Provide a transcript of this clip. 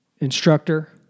instructor